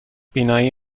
بینایی